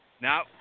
Now